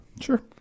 sure